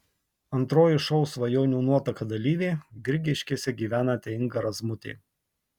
antroji šou svajonių nuotaka dalyvė grigiškėse gyvenanti inga razmutė